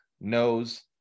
knows